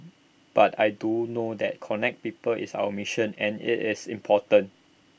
but I do know that connect people is our mission and IT is important